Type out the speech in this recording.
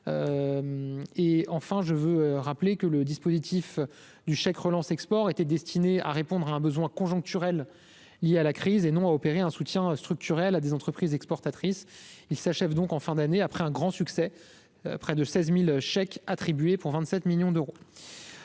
et enfin, je veux rappeler que le dispositif du chèque relance Export était destinée à répondre à un besoin conjoncturel lié à la crise et non à opérer un soutien structurel à des entreprises exportatrices il s'achève donc en fin d'année après un grand succès, près de 16000 chèques attribué pour 27 millions d'euros,